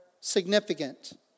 significant